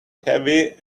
heavy